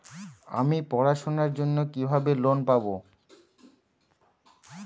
আমি পড়াশোনার জন্য কিভাবে লোন পাব?